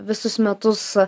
visus metus